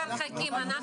פרופסור חכים,